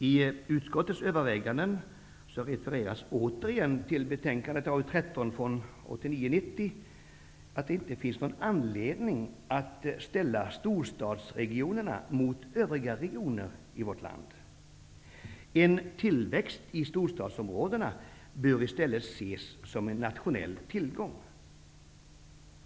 I utskottets överväganden refereras återigen till betänkande AU13 från 1989/90, där det sägs att det inte finns någon anledning att ställa storstadsregionerna mot övriga regioner i vårt land. En tillväxt i storstadsområdena bör i stället ses som en nationell tillgång.